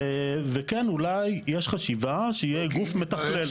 וכן, יש חשיבה שיהיה גוף מתכלל.